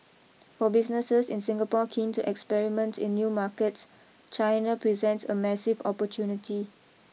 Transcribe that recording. for businesses in Singapore keen to experiment in new markets China presents a massive opportunity